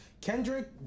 Kendrick